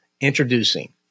Introducing